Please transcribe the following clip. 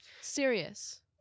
serious